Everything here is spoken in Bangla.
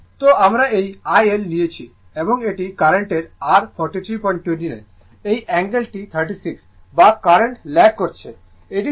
তো আমরা এই IL নিয়েছি এবং এটি কারেন্টের r 4329 এই অ্যাঙ্গেল টি 36 বা কারেন্ট ল্যাগ করছে এটি 369o